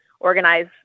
organize